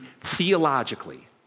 theologically